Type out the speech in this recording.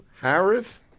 Harris